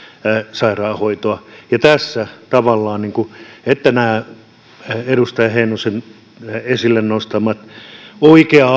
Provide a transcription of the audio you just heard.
sairaanhoitoa tässä tavallaan on kyse näiden edustaja heinosen esille nostamien oikea